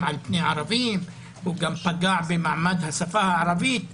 על פני הערבים וגם פגע במעמד השפה הערבית.